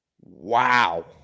Wow